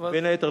בין היתר,